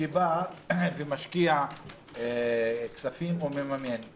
אני בעד שתהיה שקיפות כדי למנוע מצב של מה שנאמר כאן,